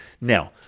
Now